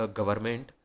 government